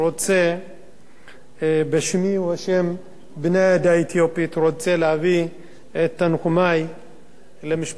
בשמי ובשם בני העדה האתיופית להביא את תנחומי למשפחת ליפקין-שחק.